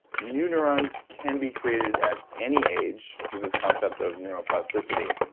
new neurons can be created at any age through this concept of neuroplasticity.